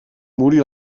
morí